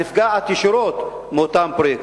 הנפגעת ישירות מאותם פרויקטים.